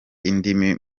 indimi